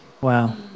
Wow